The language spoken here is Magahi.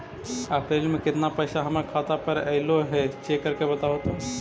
अप्रैल में केतना पैसा हमर खाता पर अएलो है चेक कर के बताहू तो?